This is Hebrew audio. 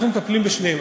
אנחנו מטפלים בשתיהן.